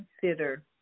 consider